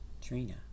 Trina